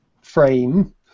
frame